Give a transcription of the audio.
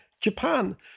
Japan